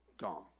gone